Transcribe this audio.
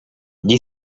gli